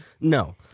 no